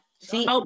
See